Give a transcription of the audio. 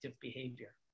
behavior